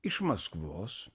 iš maskvos